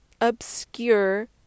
obscure